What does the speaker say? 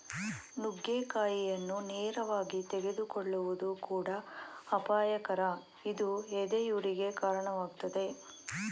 ನುಗ್ಗೆಕಾಯಿಯನ್ನು ನೇರವಾಗಿ ತೆಗೆದುಕೊಳ್ಳುವುದು ಕೂಡ ಅಪಾಯಕರ ಇದು ಎದೆಯುರಿಗೆ ಕಾಣವಾಗ್ತದೆ